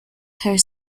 her